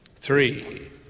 Three